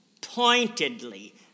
pointedly